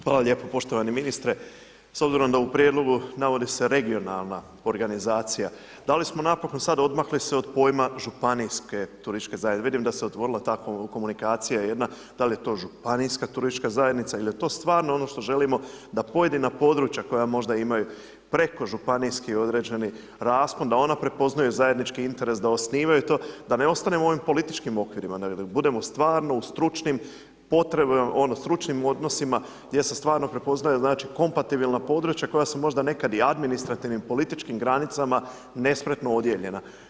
Hvala lijepa poštovani ministre, s obzirom da u prijedlogu navodi se regionalna organizacija, da li smo napokon sad odmakli se od pojma županijske turističke zajednice, vidim da se otvorila takva komunikacija jedna, da li je to županijska turistička zajednica il je to stvarno ono što želimo da pojedina područja koja možda imaju preko županijski određeni raspon, da ona prepoznaju zajednički interes, da osnivaju to, da ne ostanemo u ovim političkim okvirima, nego da budemo stvarno u stručnim potrebama, ono stručnim odnosima gdje se stvarno prepoznaje znači kompatibilna područja koja su možda nekad i administrativnim, političkim granicama nespretno odijeljena.